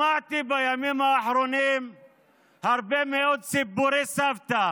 שמעתי בימים האחרונים הרבה מאוד סיפורי סבתא